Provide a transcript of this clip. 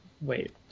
Wait